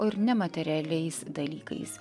o ir nematerialiais dalykais